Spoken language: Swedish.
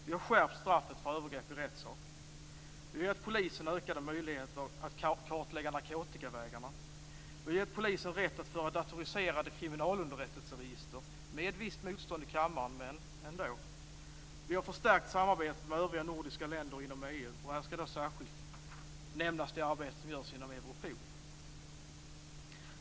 Vi har skärpt straffet för övergrepp i rättssak. Vi har gett polisen ökade möjligheter att kartlägga narkotikavägarna. Vi har gett polisen rätt att föra datoriserade kriminalunderrättelseregister - med visst motstånd i kammaren, men ändå. Vi har förstärkt samarbetet med övriga nordiska länder inom EU. Här skall särskilt nämnas det arbete som görs inom Europol.